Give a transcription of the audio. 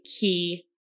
key